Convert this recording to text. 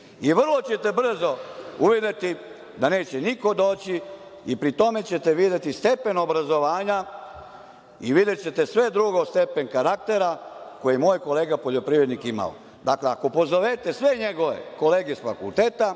Vrlo ćete brzo uvideti da neće niko doći i pri tome ćete videti stepen obrazovanja i videćete sve drugo, stepen karaktera koji je moj kolega poljoprivrednik imao. Dakle, ako pozovete sve njegove kolege sa fakulteta